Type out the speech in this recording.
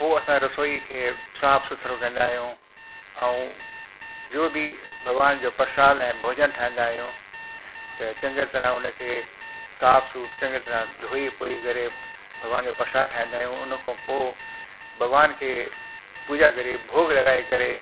पो असां रसोई खे साफ़ सुथिरो कंदा आहियूं ऐं जो बि भॻिवान जो प्रसाद ऐं भोजन ठाहींदा आहियूं ते चङी तरह उनखे साफ़ चङी तरह धोई पोई करे भॻिवान खे प्रसाद ठाहींदा आहियूं उन खां पोइ भॻिवान खे पूजा करे भोग लॻाए करे